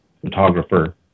photographer